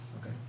Okay